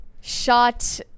Shot